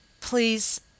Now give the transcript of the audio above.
please